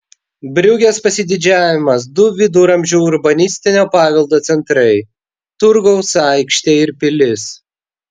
briugės pasididžiavimas du viduramžių urbanistinio paveldo centrai turgaus aikštė ir pilis